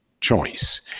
choice